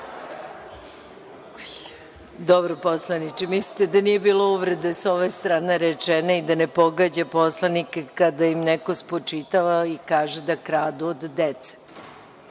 Poslaniče, mislite da nije bilo uvrede sa ove strane i da ne pogađa poslanike kada im neko spočitava i kaže da kradu od dece.